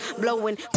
Blowing